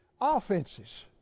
offenses